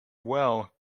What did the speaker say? will